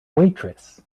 waitress